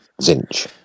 Zinch